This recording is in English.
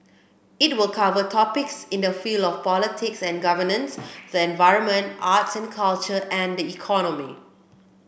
it will cover topics in the field of politics and governance the environment arts and culture and the economy